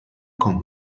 kommt